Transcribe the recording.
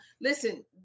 listen